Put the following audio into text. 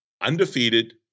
undefeated